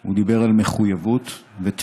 הוא דיבר על ירושלים, הוא דיבר על מחויבות ותמיכה